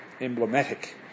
emblematic